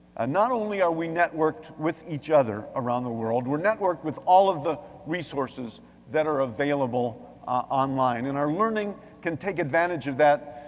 and not only are we networked with each other around the world, we're networked with all of the resources that are available online. and our learning can take advantage of that.